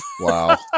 Wow